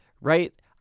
right